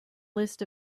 list